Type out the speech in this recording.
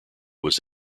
was